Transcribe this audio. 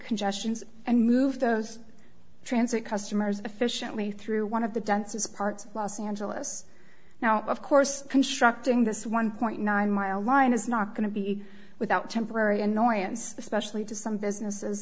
congestion and move those transit customers efficiently through one of the densest parts of los angeles now of course constructing this one point nine mile line is not going to be without temporary annoyance especially to some businesses